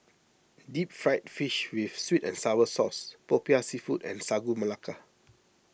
Deep Fried Fish with Sweet and Sour Sauce Popiah Seafood and Sagu Melaka